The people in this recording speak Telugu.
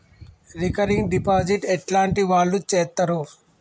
రికరింగ్ డిపాజిట్ ఎట్లాంటి వాళ్లు చేత్తరు?